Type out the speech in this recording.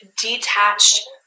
detached